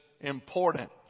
important